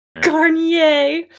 Garnier